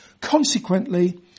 Consequently